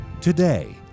Today